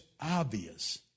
obvious